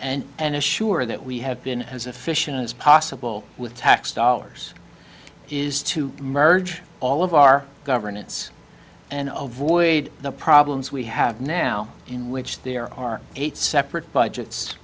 and and assure that we have been as efficient as possible with tax dollars is to merge all of our governance and avoid the problems we have now in which there are eight separate budgets